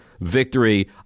victory